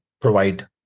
provide